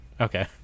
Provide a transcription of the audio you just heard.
Okay